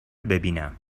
ببینم